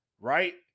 right